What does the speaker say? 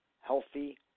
healthy